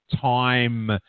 time